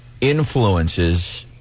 influences